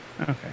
Okay